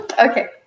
Okay